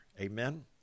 Amen